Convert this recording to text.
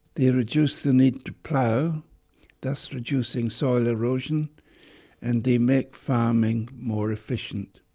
they reduce the need to plough thus reducing soil erosion and they make farming more efficient.